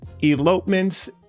elopements